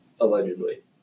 allegedly